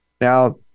now